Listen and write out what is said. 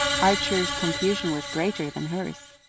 archer's confusion was greater than hers.